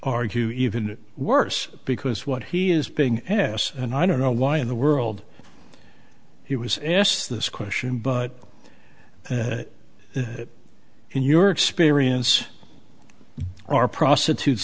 argue even worse because what he is being an ass and i don't know why in the world he was asked this question but in your experience are prostitutes